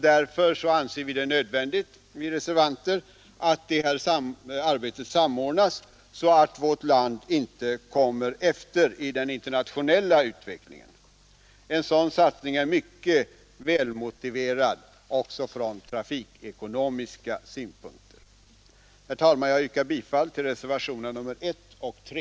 Därför anser vi reservanter det nödvändigt att arbetet samordnas, så att vårt land inte kommer efter i den internationella utvecklingen. En sådan satsning är mycket välmotiverad också från trafikekonomiska synpunkter. Herr talman! Jag yrkar bifall till reservationerna 1 och 3.